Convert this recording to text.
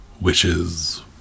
wishes